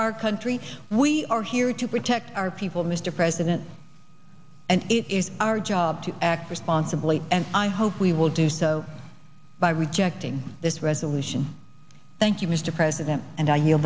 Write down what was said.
our country we are here to protect our people mr president and it is our job to act responsibly and i hope we will do so by rejecting this resolution thank you mr president and i